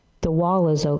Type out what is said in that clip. the wall is okay.